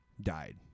died